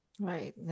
Right